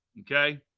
Okay